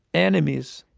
enemies,